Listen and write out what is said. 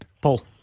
Paul